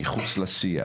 הוא מחוץ לשיח.